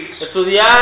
Estudiar